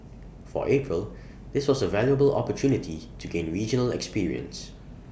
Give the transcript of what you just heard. for April this was A valuable opportunity to gain regional experience